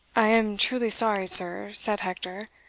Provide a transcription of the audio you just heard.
i am truly sorry, sir, said hector,